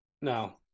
No